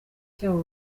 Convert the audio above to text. cyabo